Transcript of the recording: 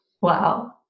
Wow